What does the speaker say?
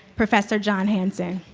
professor jon hanson.